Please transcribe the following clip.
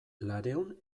laurehun